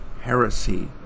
Heresy